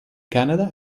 canada